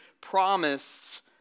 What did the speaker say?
promise